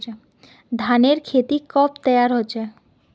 धानेर खेती कब तैयार होचे?